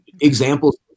Example's